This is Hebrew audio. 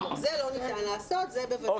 את זה לא ניתן לעשות בוודאי.